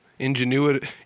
ingenuity